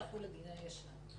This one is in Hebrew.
יחול הדין הישן.